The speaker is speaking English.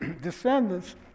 descendants